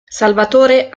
salvatore